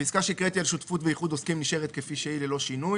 כל תוספת שנכנסת עכשיו, נחזור אליה.